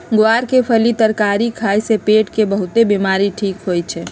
ग्वार के फली के तरकारी खाए से पेट के बहुतेक बीमारी ठीक होई छई